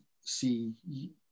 see